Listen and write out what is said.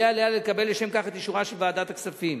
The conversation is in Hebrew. יהא עליה לקבל לשם כך את אישורה של ועדת הכספים.